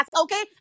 okay